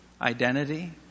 Identity